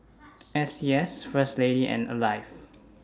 S C S First Lady and Alive